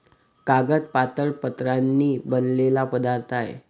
कागद पातळ पत्र्यांनी बनलेला पदार्थ आहे